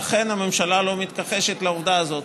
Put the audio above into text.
ואכן הממשלה לא מתכחשת לעבודה הזאת.